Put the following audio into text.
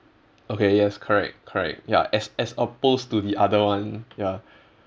okay yes correct correct ya as as opposed to the other one ya